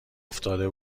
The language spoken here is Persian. افتاده